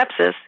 sepsis